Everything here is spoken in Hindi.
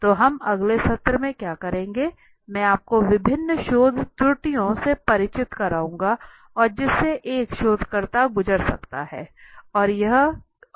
तो हम अगले सत्र में क्या करेंगे मैं आपको विभिन्न शोध त्रुटियों से परिचित कराऊंगा और जिससे एक शोधकर्ता गुजर सकता है